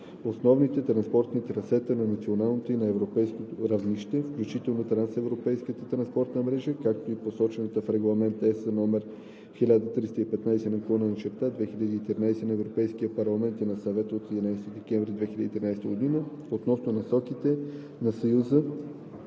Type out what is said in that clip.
основните транспортни трасета на национално и на европейско равнище, включително трансевропейската транспортна мрежа, както е посочена в Регламент (ЕС) № 1315/2013 на Европейския парламент и на Съвета от 11 декември 2013 г. относно насоките на Съюза